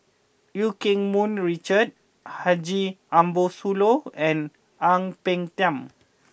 Eu Keng Mun Richard Haji Ambo Sooloh and Ang Peng Tiam